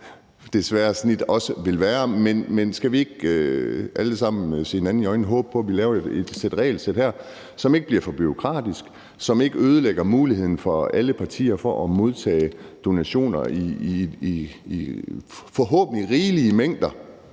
det svære snit også vil være. Men skal vi ikke alle sammen se hinanden i øjnene og håbe på, at vi laver et regelsæt her, som ikke bliver for bureaukratisk, som ikke ødelægger muligheden for nogen partier for at modtage donationer i forhåbentlig rigelige mængder,